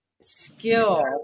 skill